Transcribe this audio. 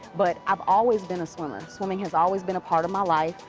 but i've always been a swimmer. swimming has always been a part of my life.